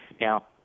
Now